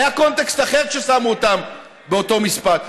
היה קונטקסט אחר כששמו אותם באותו משפט.